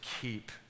keep